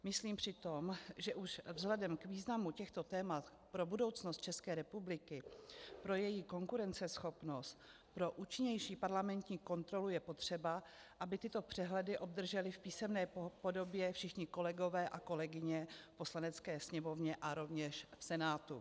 Myslím přitom, že už vzhledem k významu těchto témat pro budoucnost České republiky, pro její konkurenceschopnost, pro účinnější parlamentní kontrolu je potřeba, aby tyto přehledy obdrželi v písemné podobě všichni kolegové a kolegyně v Poslanecké sněmovně a rovněž v Senátu.